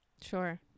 Sure